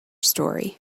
story